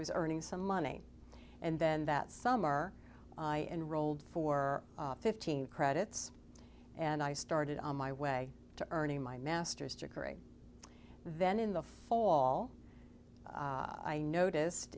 was earning some money and then that summer i enrolled for fifteen credits and i started on my way to earning my master's degree then in the fall i noticed